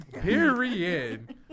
Period